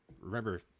remember